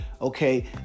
okay